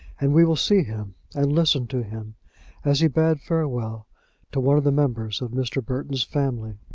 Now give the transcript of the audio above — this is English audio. and we will see him and listen to him as he bade farewell to one of the members of mr. burton's family.